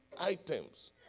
items